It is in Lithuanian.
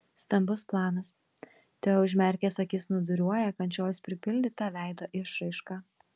stambus planas teo užmerkęs akis snūduriuoja kančios pripildyta veido išraiška